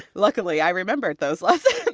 luckily, i remembered those lessons